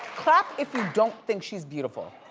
clap if you don't think she's beautiful.